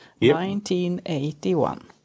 1981